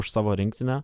už savo rinktinę